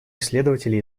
исследователи